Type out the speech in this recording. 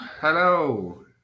Hello